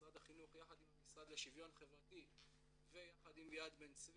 משרד החינוך יחד עם המשרד לשוויון חברתי ויחד עם יד בן-צבי